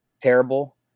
terrible